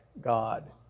God